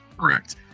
Correct